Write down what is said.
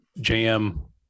JM